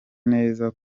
neza